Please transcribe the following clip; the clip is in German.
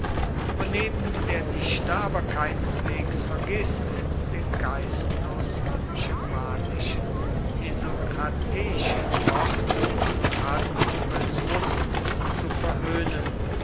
solözismen woneben der dichter aber keineswegs vergißt den geistlos schematischen isokrateischen wort und phrasenpurismus zu verhöhnen